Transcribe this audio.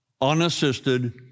unassisted